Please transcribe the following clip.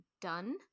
done